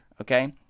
Okay